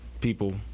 people